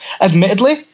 admittedly